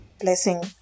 Blessing